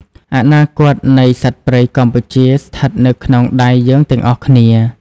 អនាគតនៃសត្វព្រៃកម្ពុជា ស្ថិតនៅក្នុងដៃយើងទាំងអស់គ្នា។